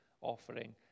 offering